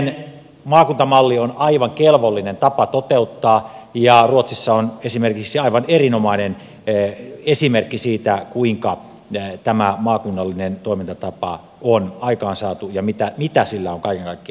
siihen maakuntamalli on aivan kelvollinen tapa toteuttaa ja ruotsissa on esimerkiksi aivan erinomainen esimerkki siitä kuinka tämä maakunnallinen toimintatapa on aikaansaatu ja mitä sillä on kaiken kaikkiaan aikaansaatu